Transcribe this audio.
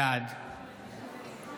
בעד